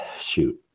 shoot